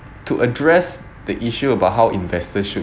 to address the issue about how investors should